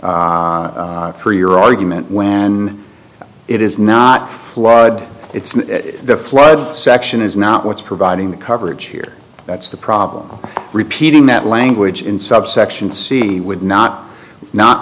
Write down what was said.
your argument when it is not flawed it's the flood section is not what's providing the coverage here that's the problem repeating that language in subsection c would not not